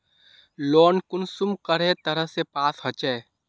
Loan कुंसम करे तरह से पास होचए?